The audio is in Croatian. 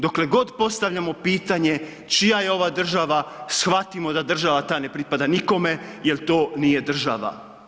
Dokle god postavljamo pitanje čija je ovo država, shvatimo da ta država ne pripada nikome jel to nije država.